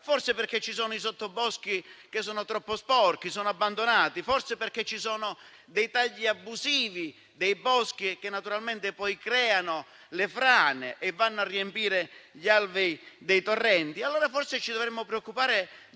Forse perché ci sono i sottoboschi che sono troppo sporchi e abbandonati. Forse perché ci sono dei tagli abusivi dei boschi, che poi naturalmente provocano le frane e vanno a riempire gli alvei dei torrenti? Forse ci dovremmo allora preoccupare di